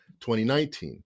2019